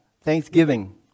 thanksgiving